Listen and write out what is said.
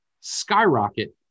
skyrocket